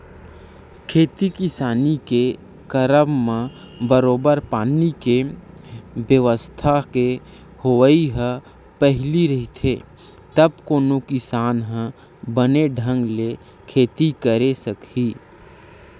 खेती किसानी के करब म बरोबर पानी के बेवस्था के होवई ह पहिली रहिथे तब कोनो किसान ह बने ढंग ले खेती करे सकही